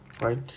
right